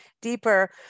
deeper